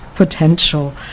Potential